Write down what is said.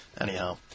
Anyhow